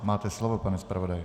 Máte slovo, pane zpravodaji.